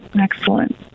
excellent